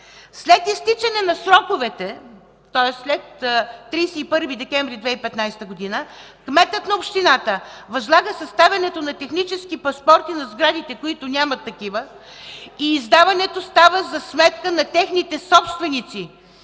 след изтичане на сроковете, тоест след 31 декември 2015 г., кметът на общината възлага съставянето на технически паспорти на сградите, които нямат такива, и издаването става за сметка на техните собственици,